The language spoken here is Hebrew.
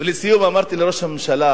אמרתי לראש הממשלה